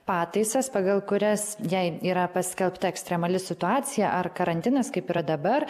pataisas pagal kurias jei yra paskelbta ekstremali situacija ar karantinas kaip yra dabar